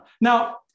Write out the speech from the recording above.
Now